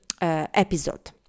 episode